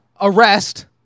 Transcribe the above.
Arrest